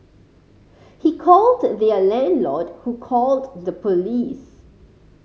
he called their landlord who called the police